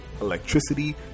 electricity